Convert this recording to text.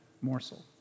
morsel